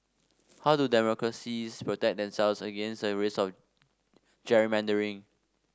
how do democracies protect themselves against a risk of gerrymandering